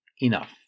enough